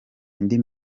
indi